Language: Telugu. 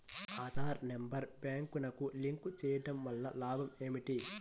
ఆధార్ నెంబర్ బ్యాంక్నకు లింక్ చేయుటవల్ల లాభం ఏమిటి?